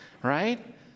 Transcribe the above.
right